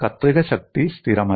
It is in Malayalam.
കത്രിക ശക്തി സ്ഥിരമല്ല